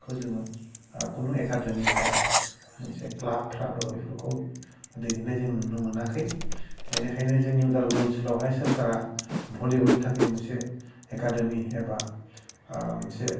बेखौ जोङो खुनु एकाडेमि बा मोनसे क्लाबफ्राबो बेफोरखौ दैदेन्नाय जों नुनो मोनाखै बेनिखायनो जोंनि उदालगुरि ओनसोलावहाय सोरखारा भलिबलनि थाखाय मोनसे एकाडेमि एबा मोनसे